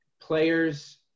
players